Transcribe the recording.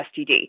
STD